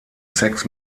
sex